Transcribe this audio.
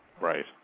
Right